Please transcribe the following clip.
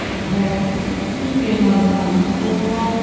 ओमफ्राय बिदिनो बेमारगोनांखौथ'